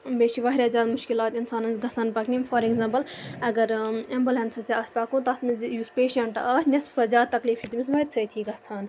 بیٚیہِ چھِ واریاہ زیادٕ مُشکلات اِنسانَس گژھان پَتہٕ یِم فار اٮ۪کزامپٕل اگر اٮ۪مبُلٮ۪نسٕس تہِ اَتھ پَکو تَتھ منٛزٕ یُس پیشَںٛٹ آسہِ نٮ۪صٕف کھۄتہٕ زیادٕ تکلیٖف چھِ تٔمِس وَتہِ سۭتی گژھان